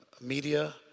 media